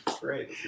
Great